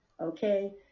Okay